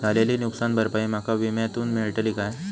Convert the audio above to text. झालेली नुकसान भरपाई माका विम्यातून मेळतली काय?